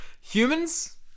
humans